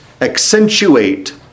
accentuate